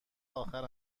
آخر